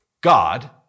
God